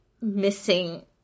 missing